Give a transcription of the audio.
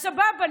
אז סבבה,